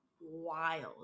wild